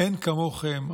אין כמוכם.